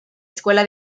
escuela